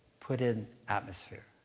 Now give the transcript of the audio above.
put in atmosphere.